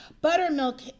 buttermilk